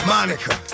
Monica